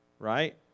right